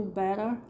better